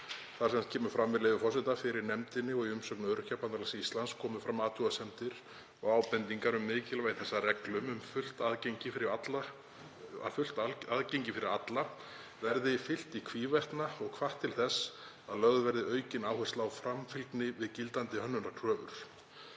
Algild hönnun, með leyfi forseta: „Fyrir nefndinni og í umsögn Öryrkjabandalags Íslands komu fram athugasemdir og ábendingar um mikilvægi þess að reglum um fullt aðgengi fyrir alla verði fylgt í hvívetna og hvatt til þess að lögð verði aukin áhersla á framfylgni við gildandi hönnunarkröfur.“